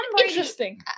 interesting